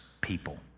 people